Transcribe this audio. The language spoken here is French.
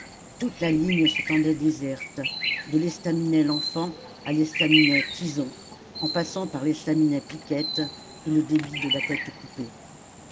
toute la ligne s'étendait déserte de l'estaminet lenfant à l'estaminet tison en passant par l'estaminet piquette et le débit de la